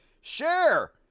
Share